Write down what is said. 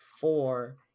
four